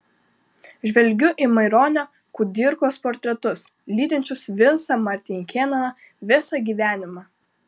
žvelgiu į maironio kudirkos portretus lydinčius vincą martinkėną visą gyvenimą